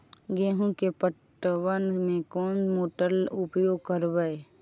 गेंहू के पटवन में कौन मोटर उपयोग करवय?